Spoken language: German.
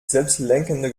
selbstlenkende